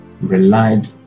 relied